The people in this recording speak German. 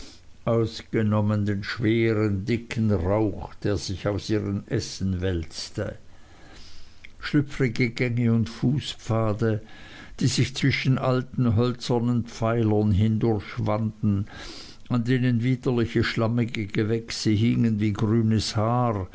ausgenommen den schweren dicken rauch der sich aus ihren essen wälzte schlüpfrige gänge und fußpfade die sich zwischen alten hölzernen pfeilern hindurchwanden an denen widerliche schlammige gewächse hingen wie grünes haar